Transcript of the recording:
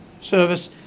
service